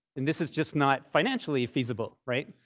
and this is just not financially feasible, right?